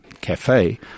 Cafe